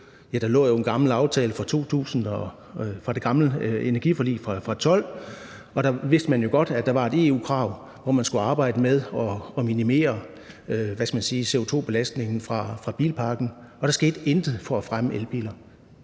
der lå en gammel aftale fra det gamle energiforlig fra 2012, og man vidste jo godt, at der var et EU-krav om, at man skulle arbejde med at minimere CO2-belastningen fra bilparken, og der skete intet for at fremme elbiler.